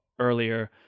earlier